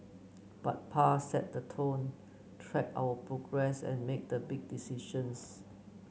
but Pa set the tone tracked our progress and made the big decisions